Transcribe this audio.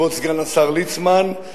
כבוד סגן השר ליצמן,